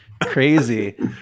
Crazy